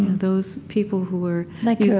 those people who were, like